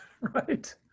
Right